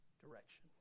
direction